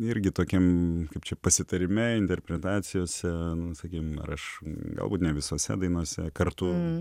irgi tokiam kaip čia pasitarime interpretacijose sakykimear aš galbūt ne visose dainose kartu